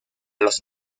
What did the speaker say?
los